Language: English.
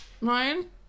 Ryan